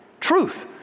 truth